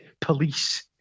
police